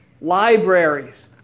libraries